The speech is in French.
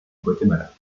guatemala